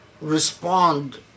respond